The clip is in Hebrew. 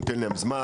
אתה נותן להם זמן,